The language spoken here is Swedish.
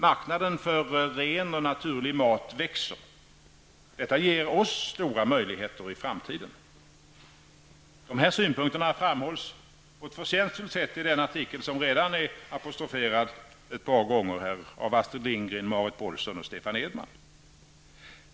Marknaden för ren och naturlig mat växer. Detta ger oss stora möjligheter i framtiden. Dessa synpunkter framhålls på ett förtjänstfullt sätt i denna artikel av Astrid Lindgren, Marit Paulsen och Stefan Edman som redan abstroferats här ett par gånger.